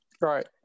Right